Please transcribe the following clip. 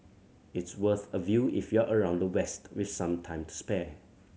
it's worth a view if you're around the west with some time to spare